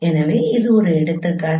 எனவே இது ஒரு எடுத்துக்காட்டு